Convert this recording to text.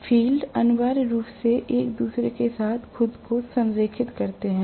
field अनिवार्य रूप से एक दूसरे के साथ खुद को संरेखित करते हैं